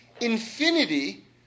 infinity